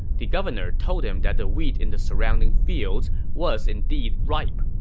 the governor told him that the wheat in the surrounding fields was indeed ripe.